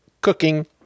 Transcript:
cooking